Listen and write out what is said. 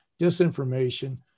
disinformation